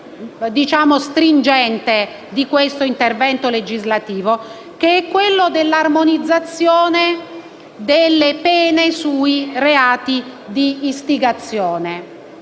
contenuto stringente di questo intervento legislativo: l'armonizzazione delle pene sui reati di istigazione.